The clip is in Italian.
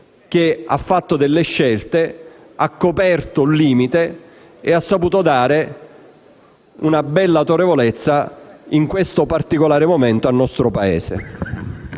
che ha fatto delle scelte, ha coperto un limite e ha saputo dare una bella autorevolezza in questo particolare momento al nostro Paese.